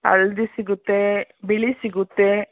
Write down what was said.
ಹಳ್ದಿ ಸಿಗುತ್ತೆ ಬಿಳಿ ಸಿಗುತ್ತೆ